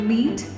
Meet